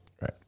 right